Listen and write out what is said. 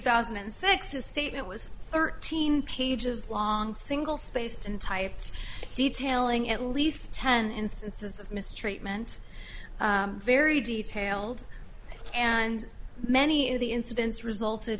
thousand and six the statement was thirteen pages long single spaced and typed detailing at least ten instances of mistreatment very detailed and many of the incidents resulted